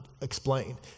explain